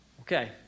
Okay